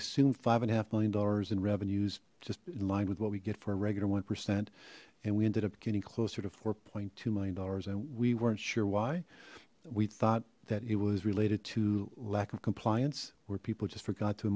assumed five and a half million dollars in revenues just in line with what we get for a regular one percent and we ended up getting closer to four point two million dollars and we weren't sure why we thought that it was related to lack of compliance where people just forgot to